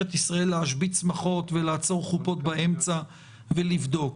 ישראל להשבית שמחות ולעצור חופות באמצע ולבדוק,